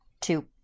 two